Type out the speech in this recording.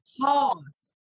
pause